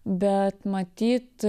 bet matyt